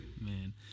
Man